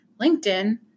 LinkedIn